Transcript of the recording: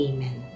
Amen